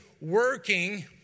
working